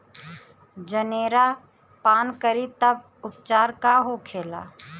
जनेरा पान करी तब उपचार का होखेला?